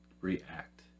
react